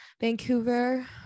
Vancouver